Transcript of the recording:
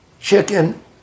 chicken